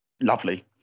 Lovely